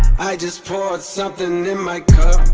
i just poured somethin' in my cup